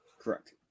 Correct